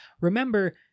remember